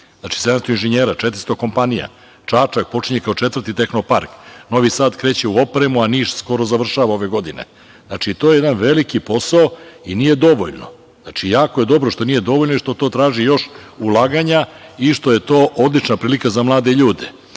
Znači, 700 inženjera, 400 kompanija. Čačak počinje kao četvrti Tehno park, Novi Sad kreće u opremu, a Niš skoro završava ove godine. Znači, to je jedan veliki posao i nije dovoljno. Jako je dobro što nije dovoljno i što to traži još ulaganja i što je to odlična prilika za mlade ljude. Sa